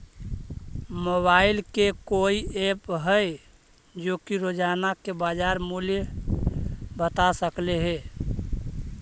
Mobile के कोइ app है जो कि रोजाना के बाजार मुलय बता सकले हे?